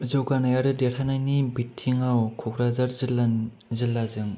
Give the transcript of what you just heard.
जौगानाय आरो देरनायनि बिथिङाव क'क्राझार जिल्लाजों